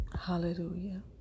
Hallelujah